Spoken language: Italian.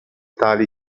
tali